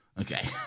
Okay